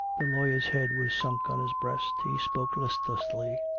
the lawyer's head was sunk on his breast he spoke listlessly.